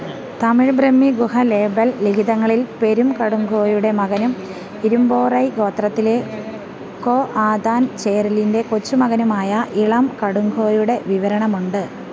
തമിഴ് ബ്രഹ്മി ഗുഹ ലേബൽ ലിഖിതങ്ങളിൽ പെരും കടുംഗോയുടെ മകനും ഇരുമ്പോറൈ ഗോത്രത്തിലെ കോ ആതാൻ ചേരലിന്റെ കൊച്ചു മകനുമായ ഇളം കടുംഗോയുടെ വിവരണമുണ്ട്